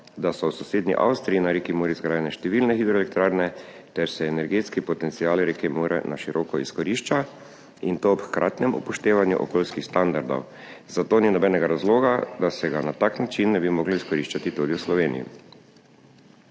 da so v sosednji Avstriji na reki Muri zgrajene številne hidroelektrarne ter se energetski potencial reke Mure na široko izkorišča, in to ob hkratnem upoštevanju okoljskih standardov, zato ni nobenega razloga, da se ga na tak način ne bi mogli izkoriščati tudi v Sloveniji.